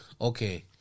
Okay